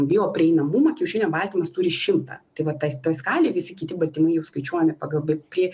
bioprieinamumą kiaušinio baltymas turi šimtą tai vat tai toj skalėj visi kiti baltymai jau skaičiuojami pagal b prie